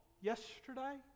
yesterday